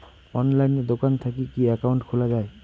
অনলাইনে দোকান থাকি কি একাউন্ট খুলা যায়?